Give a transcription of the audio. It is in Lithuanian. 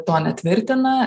to netvirtina